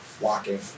walking